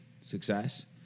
success